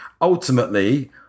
ultimately